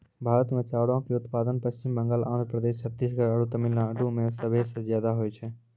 भारत मे चाउरो के उत्पादन पश्चिम बंगाल, आंध्र प्रदेश, छत्तीसगढ़ आरु तमिलनाडु मे सभे से ज्यादा होय छै